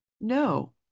No